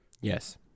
Yes